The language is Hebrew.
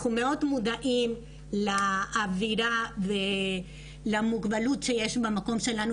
אנחנו מאוד מודעים לאווירה ולמוגבלות שיש במקום שלנו,